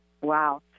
Wow